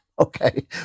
Okay